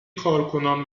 کارکنان